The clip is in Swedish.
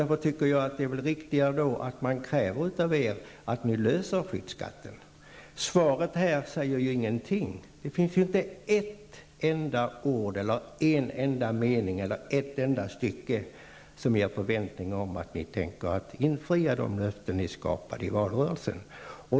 Därför anser jag att det är riktigare att man kräver av er att ni nu löser denna fråga. Svaret säger ju ingenting. Det finns inte ett enda ord, en enda mening eller ett enda stycke som ger förväntningar om att ni tänker infria de löften som ni gav i valrörelsen.